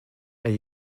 are